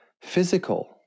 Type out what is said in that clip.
physical